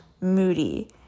moody